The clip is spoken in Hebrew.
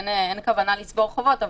אין כוונה לצבור חובות.